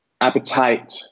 appetite